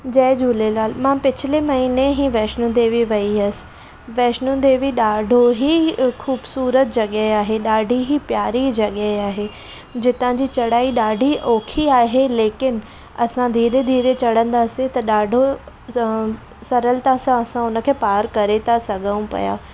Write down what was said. जय झूलेलाल मां पिछले महीने ही वैष्नो देवी वई हुअसि वैष्नो देवी ॾाढो ही ख़ूबसूरत जॻहि आहे ॾाढी ई प्यारी जॻहि आहे जितां जी चढ़ाई ॾाढी ओखी आहे लेकिन असां धीरे धीरे चढ़ंदासी त ॾाढो स सरलता सां असां हुनखे पार करे था सघूं पिया